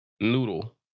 Noodle